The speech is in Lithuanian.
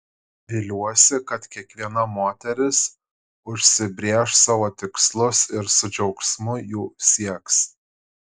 viliuosi kad kiekviena moteris užsibrėš savo tikslus ir su džiaugsmu jų sieks